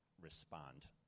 respond